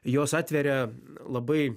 jos atveria labai